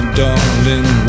darling